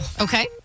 Okay